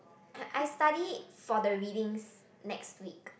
I I study for the readings next week